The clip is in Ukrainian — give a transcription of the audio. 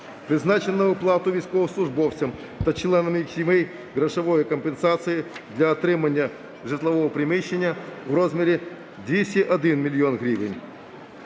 Призначено оплату військовослужбовцям та членам їх сімей грошової компенсації для отримання житлового приміщення в розмірі 201 мільйон гривень.